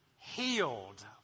healed